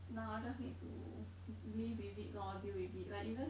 now I just need to live with it lor deal with it like even